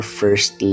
first